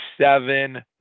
seven